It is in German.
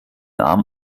arm